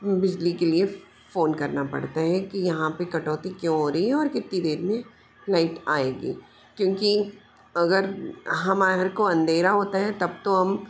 बिजली के लिए फ़ोन करना पड़ता है कि यहाँ पर कटौती क्यों हो रही है और कितनी देर में लाइट आएगी क्योंकि अगर हमार को अंधेरा होता है तब तो हम